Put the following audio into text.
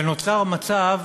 ונוצר מצב